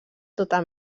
tota